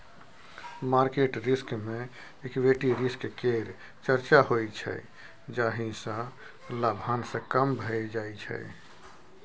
market risk मे equity risk केर चर्चा होइ छै जाहि सँ लाभांश कम भए जाइ छै